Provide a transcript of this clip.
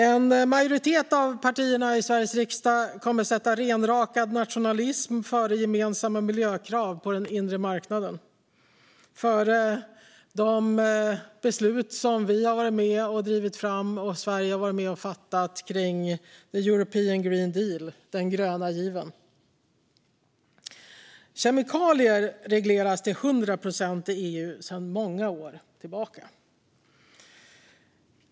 En majoritet av partierna i Sveriges riksdag kommer att sätta renrakad nationalism framför gemensamma miljökrav på den inre marknaden - framför de beslut som vi har varit med och drivit fram och som Sverige har varit med och fattat kring the European Green Deal, den gröna given. Kemikalier regleras till hundra procent i EU sedan många år tillbaka.